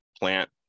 plant